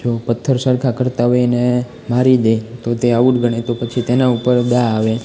જો પથ્થર સરખા કરતાં હોય એને મારી દે તો તે આઉટ ગણાય તો પછી તેના ઉપર દાવ આવે